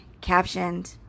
Captioned